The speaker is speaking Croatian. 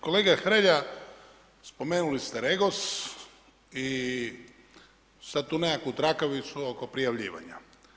Kolega Hrelja, spomenuli ste REGOS i sada tu nekakvu trakavicu oko prijavljivanja.